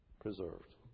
preserved